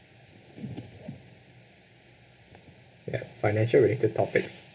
okay financial related topics